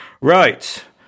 Right